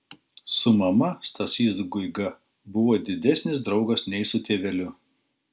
su mama stasys guiga buvo didesnis draugas nei su tėveliu